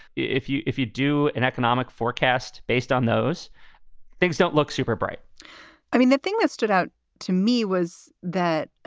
if you if you do an economic forecast based on those things, don't look super bright i mean, the thing that stood out to me was that